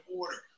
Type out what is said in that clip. order